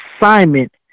assignment